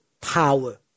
power